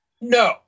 No